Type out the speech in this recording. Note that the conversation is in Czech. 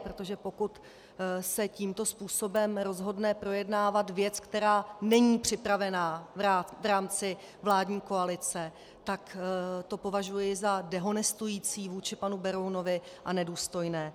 Protože pokud se tímto způsobem rozhodne projednávat věc, která není připravena v rámci vládní koalice, tak to považuji za dehonestující vůči panu Berounovi a nedůstojné.